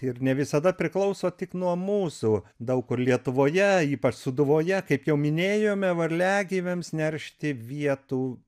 ir ne visada priklauso tik nuo mūsų daug kur lietuvoje ypač sūduvoje kaip jau minėjome varliagyviams neršti vietų